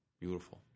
Beautiful